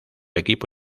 equipo